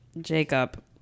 Jacob